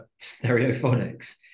Stereophonics